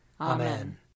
Amen